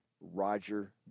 Roger